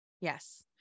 Yes